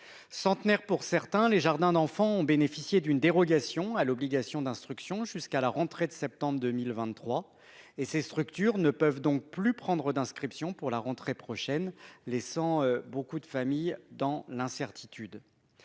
Centenaires pour certains, les jardins d'enfants ont bénéficié d'une dérogation à l'obligation d'instruction jusqu'à la rentrée de septembre 2023. Ces structures ne peuvent donc plus prendre d'inscriptions pour la rentrée prochaine, laissant beaucoup de familles dans l'incertitude.